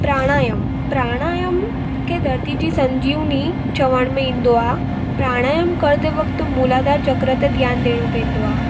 प्राणायाम प्राणायाम खे धरती जी संजीवनी चवण में ईंदो आहे प्राणायाम कंदे वक़्तु मूलाधार चक्र ते ध्यानु ॾियणो पवंदो आहे